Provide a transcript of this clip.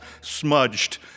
smudged